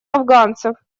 афганцев